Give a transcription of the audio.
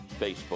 Facebook